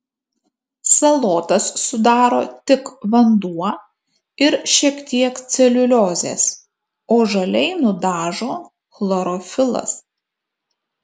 salotas sudaro tik vanduo ir šiek tiek celiuliozės o žaliai nudažo chlorofilas